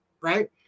right